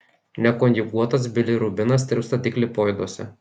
nekonjuguotas bilirubinas tirpsta tik lipoiduose